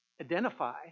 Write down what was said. identify